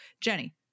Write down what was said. Jenny